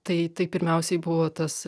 tai tai pirmiausiai buvo tas